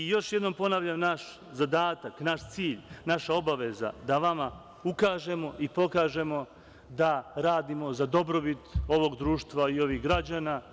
Još jednom ponavljam naš zadatak, naš cilj, naša obaveza je da vama ukažemo i pokažemo da radimo za dobrobit ovog društva i ovih građana.